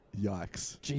Yikes